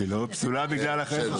היא לא פסולה בגלל זה.